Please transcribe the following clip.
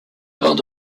bande